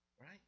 right